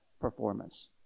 performance